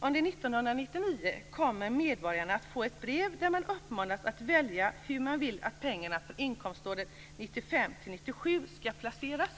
Under 1999 kommer medborgarna att få ett brev där de uppmanas att välja hur de vill att pengarna för inkomståren 1995-1997 skall placeras.